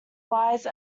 wise